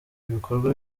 bikorwa